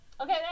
Okay